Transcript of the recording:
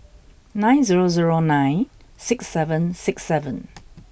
nine zero zero nine six seven six seven